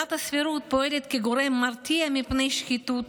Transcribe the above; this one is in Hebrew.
עילת הסבירות פועלת כגורם מרתיע מפני שחיתות,